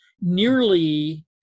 nearly